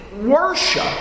worship